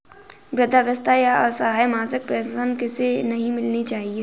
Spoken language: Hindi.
वृद्धावस्था या असहाय मासिक पेंशन किसे नहीं मिलती है?